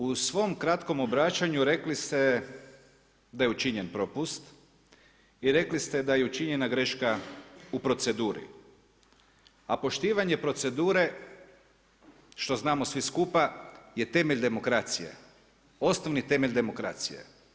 U svom kratkom obraćanju rekli ste da je učinjen propust i rekli ste da je učinjena greška u proceduri, a poštivanje procedure što znamo svi skupa je temelj demokracije, osnovni temelj demokracije.